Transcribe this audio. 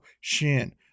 Shin